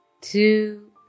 Two